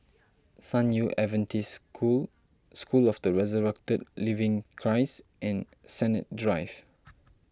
San Yu Adventist School School of the Resurrected Living Christ and Sennett Drive